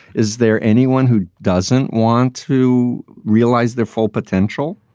is there anyone who doesn't want to realize their full potential?